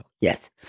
Yes